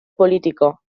político